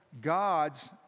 God's